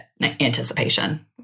anticipation